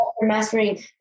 mastering